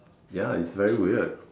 ya is very weird